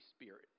Spirit